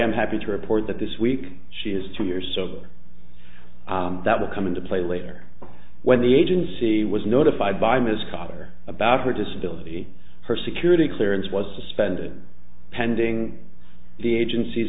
am happy to report that this week she is two years so that will come into play later when the agency was notified by ms cotter about her disability her security clearance was suspended pending the agenc